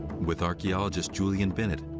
with archaeologist julian bennett,